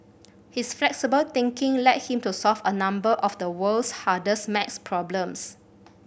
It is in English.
his flexible thinking led him to solve a number of the world's hardest maths problems